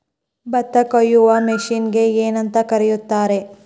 ಭತ್ತ ಕೊಯ್ಯುವ ಮಿಷನ್ನಿಗೆ ಏನಂತ ಕರೆಯುತ್ತಾರೆ?